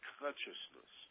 consciousness